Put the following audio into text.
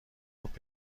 گفت